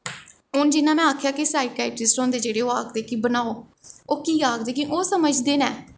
हून में जियां आखेआ कि साईकैस्टरिक होंदे जेह्ड़ा ओह् आखदे कि बनाओ ओह् की आखदे ओह् समझदे न